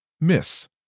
Miss